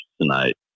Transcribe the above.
tonight